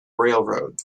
railroad